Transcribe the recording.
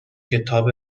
کتاب